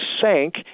sank